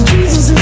Jesus